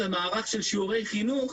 ומערך של שיעורי חינוך